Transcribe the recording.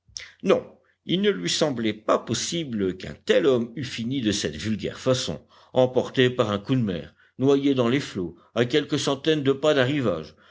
non il ne lui semblait pas possible qu'un tel homme eût fini de cette vulgaire façon emporté par un coup de mer noyé dans les flots à quelques centaines de pas